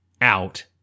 out